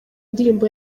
ndirimbo